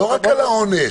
לא רק על העונש,